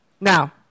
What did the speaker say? Now